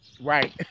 Right